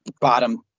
bottom